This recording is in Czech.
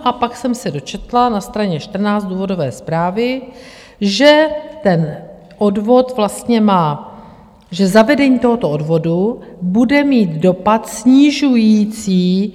A pak jsem se dočetla na straně 14 důvodové zprávy, že ten odvod vlastně má... že zavedení tohoto odvodu bude mít dopad snižující inkaso windfall tax.